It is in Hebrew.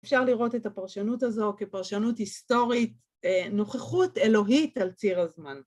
אפשר לראות את הפרשנות הזו כפרשנות היסטורית, נוכחות אלוהית על ציר הזמן.